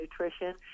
nutrition